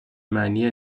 معنی